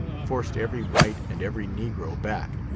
forced every white and every negro back,